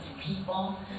people